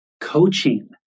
coaching